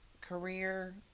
career